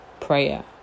Prayer